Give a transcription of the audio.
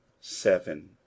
seven